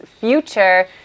future